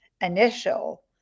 initial